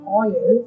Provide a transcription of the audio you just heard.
oil